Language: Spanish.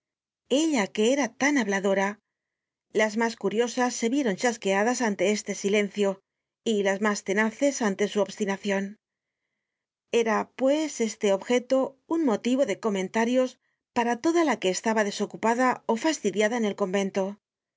ella que era tan habladora las mas curiosas se vieron chasqueadas ante este silencio y las mas tenaces ante su obstinacion era pues este objeto un motivo de comentarios para toda la que estaba desocupada ó fastidiada en el convento